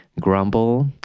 grumble